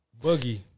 Boogie